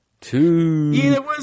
two